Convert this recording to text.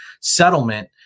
settlement